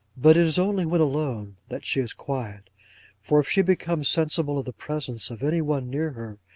but it is only when alone, that she is quiet for if she becomes sensible of the presence of any one near her,